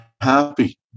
happy